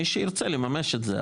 ומי שירצה יממש את זה,